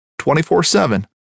24-7